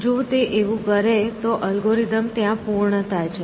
જો તે એવું કરે તો અલ્ગોરિધમ ત્યાં પૂર્ણ થાય છે